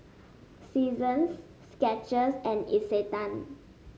Seasons Skechers and Isetan